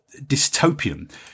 dystopian